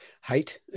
height